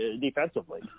defensively